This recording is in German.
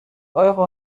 euro